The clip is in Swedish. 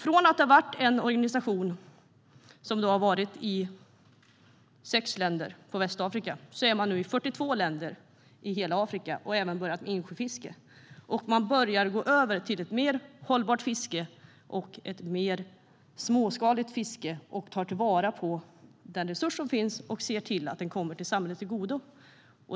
Från att vara en organisation som fanns i sex länder i Västafrika finns man nu i 42 länder i hela Afrika och har även börjat med insjöfiske. Man börjar gå över till ett mer hållbart och småskaligt fiske där man tar till vara den resurs som finns och ser till att den kommer samhället till godo.